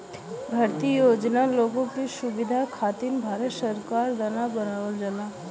भारतीय योजना लोग के सुविधा खातिर भारत सरकार द्वारा बनावल जाला